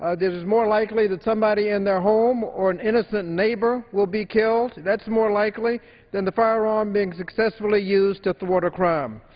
ah it is more likely that somebody in their home or and innocent neighbor will be killed, that's more likely than the firearm being successfully used to thwart a crime.